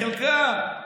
בחלקם.